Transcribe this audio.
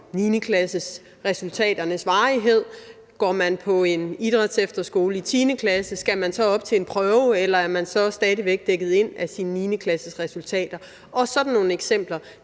9. klasse-resultaternes varighed – går man på en idrætsefterskole i 10. klasse, skal man så op til en prøve, eller er man så stadig væk dækket ind af sine 9. klasse-resultater? Det er sådan nogle eksempler,